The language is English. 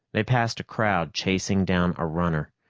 they passed a crowd chasing down a runner.